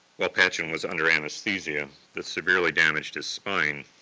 while patchen was under anaesthesia that severely damaged his spine.